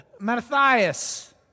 Matthias